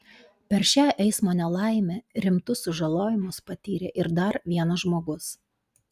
per šią eismo nelaimę rimtus sužalojimus patyrė ir dar vienas žmogus